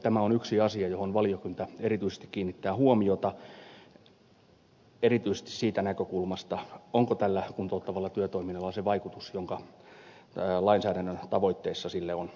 tämä on yksi asia johon valiokunta erityisesti kiinnittää huomiota erityisesti siitä näkökulmasta onko tällä kuntouttavalla työtoiminnalla se vaikutus joka lainsäädännön tavoitteessa sille on asetettu